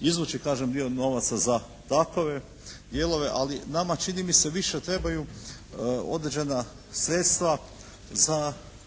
izvući kažem dio novaca za takove dijelove. Ali nama čini mi se više trebaju određena sredstva za